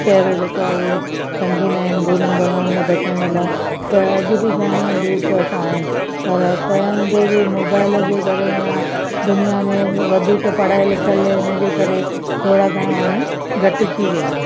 चहिरो जेको आहे उहो टंगींदा आहिनि बुरियुनि बलाउनि खां बचण जे लाइ त अॼु बि घणेई अंधविश्वास आहिनि पर तंहिं हूंदे बि मोबाइल जे करे या दुनिया में वधीक पढ़ाई लिखियलु ऐं इन जे करे थोरा घणा हाणे घटिजी विया आहिनि